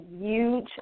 huge